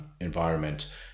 environment